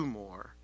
more